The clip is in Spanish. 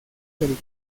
del